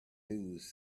news